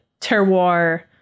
terroir